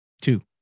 two